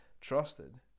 trusted